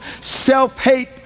self-hate